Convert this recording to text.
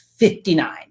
59